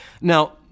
Now